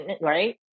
right